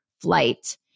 flight